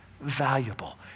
valuable